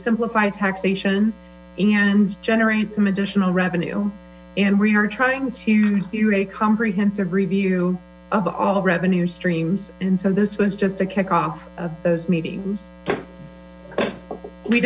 simplify taxation and generate some additional revenue and we are trying to do a comprehensive review of all revenue streams and so this was just a kickoff of those meetings we